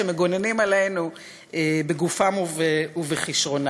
שמגוננים עלינו בגופם ובכישרונם.